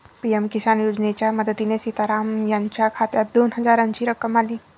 PM Kisan योजनेच्या मदतीने सीताराम यांच्या खात्यात दोन हजारांची रक्कम आली